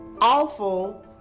awful